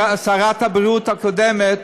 אני שמח ששרת הבריאות הקודמת